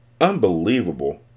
Unbelievable